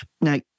now